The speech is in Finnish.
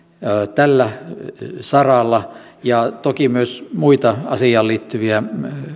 tällä saralla ja toki myös muita asiaan liittyviä